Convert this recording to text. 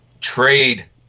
trade